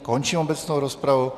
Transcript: Končím obecnou rozpravu.